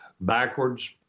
backwards